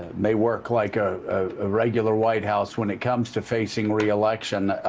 may work like a ah regular white house when it comes to facing re-election.